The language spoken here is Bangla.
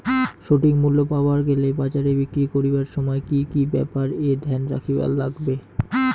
সঠিক মূল্য পাবার গেলে বাজারে বিক্রি করিবার সময় কি কি ব্যাপার এ ধ্যান রাখিবার লাগবে?